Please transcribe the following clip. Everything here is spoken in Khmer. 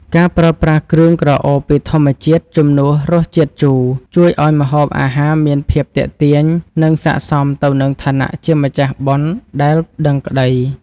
ការប្រើប្រាស់គ្រឿងក្រអូបពីធម្មជាតិជំនួសរសជាតិជូរជួយឱ្យម្ហូបអាហារមានភាពទាក់ទាញ និង សក្តិសមទៅនឹងឋានៈជាម្ចាស់បុណ្យដែលដឹងក្តី។